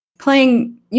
playing